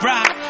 Rock